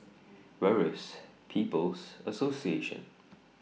Where IS People's Association